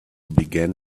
began